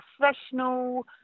professional